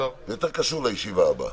זה יותר קשור לישיבה הבאה.